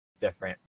different